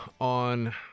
on